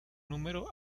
número